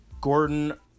Gordon